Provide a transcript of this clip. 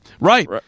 Right